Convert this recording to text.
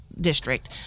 district